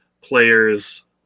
players